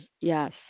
Yes